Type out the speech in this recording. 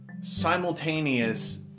simultaneous